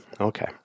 Okay